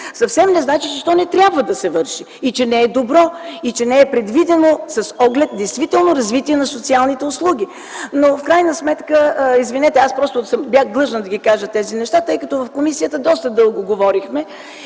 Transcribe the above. съвсем не значи, че то не трябва да се върши и че не е добро, и че не е предвидено с оглед развитие на социалните услуги. Извинете, но просто бях длъжна да кажа тези неща, тъй като в комисията доста дълго говорихме